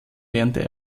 lernte